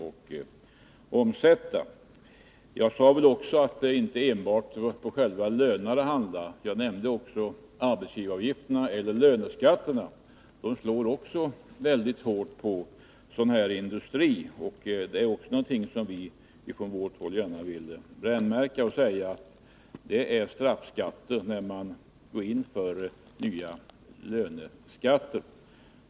Jag tror att jag även nämnde att det inte enbart handlar om själva lönerna. Jag nämnde också arbetsgivaravgifterna och löneskatterna, som slår mycket hårt mot industri av det här slaget. Det är också någonting som vi moderater vill brännmärka. När man går in för nya löneskatter, så är det straffskatter.